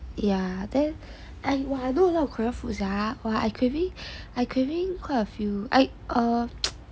yeah then and !wah! I know a lot of Korea food sia !wah! I craving I craving quite a few err